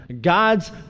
God's